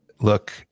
Look